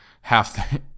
half